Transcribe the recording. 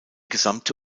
gesamte